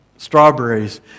Strawberries